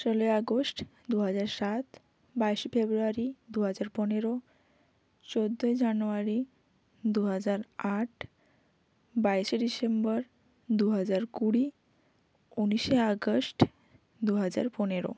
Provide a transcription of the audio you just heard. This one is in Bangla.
ষোলোই আগস্ট দু হাজার সাত বাইশে ফেব্রুয়ারি দু হাজার পনেরো চোদ্দোই জানুয়ারি দু হাজার আট বাইশে ডিসেম্বর দু হাজার কুড়ি ঊনিশে আগস্ট দু হাজার পনেরো